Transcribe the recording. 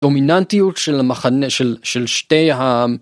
דומיננטיות של המחנה של שתי ה...